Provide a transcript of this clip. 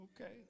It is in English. okay